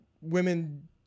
women